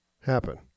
happen